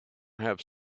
have